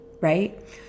Right